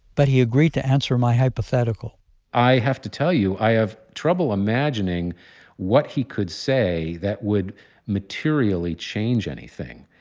but he agreed to answer my hypothetical i have to tell you i have trouble imagining what he could say that would materially change anything.